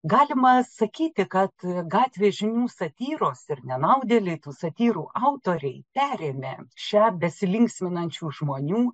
galima sakyti kad gatvės žinių satyros ir nenaudėliai tų satyrų autoriai perėmę šią besilinksminančių žmonių